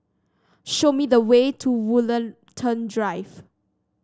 show me the way to Woollerton Drive